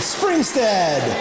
Springstead